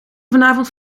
vanavond